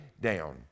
down